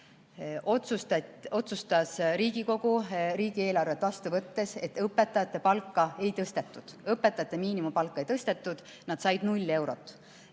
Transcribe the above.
otsustas Riigikogu riigieelarvet vastu võttes, et õpetajate palka ei tõsteta. Õpetajate miinimumpalka ei tõstetud, nad said null eurot.